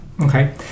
Okay